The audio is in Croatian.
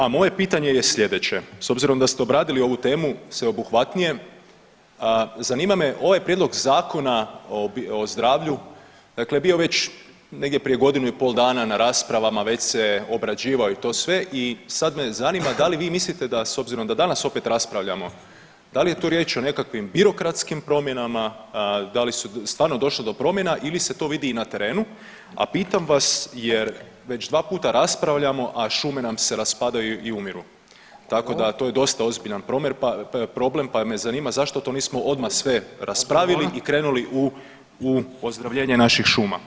A moje pitanje je slijedeće, s obzirom da ste obradili ovu temu sveobuhvatnije zanima me ovaj prijedlog zakona o zdravlju, dakle bio već negdje prije godinu i pol dana na raspravama, već se obrađivao i to sve i sad me zanima da li vi mislite da s obzirom da danas opet raspravljamo da li je tu riječ o nekakvim birokratskim promjenama, da li je stvarno došlo do promjena ili se to vidi i na terenu, a pitam vas jer već dva puta raspravljamo, a šume nam se raspadaju i umiru tako da to je dosta ozbiljan problem, pa me zanima zašto to nismo odmah sve raspravili i krenuli u, u ozdravljenje naših šuma?